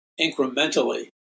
incrementally